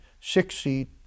six-seat